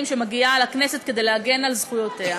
שמגיעה לכנסת כדי להגן על זכויותיה,